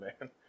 man